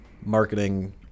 marketing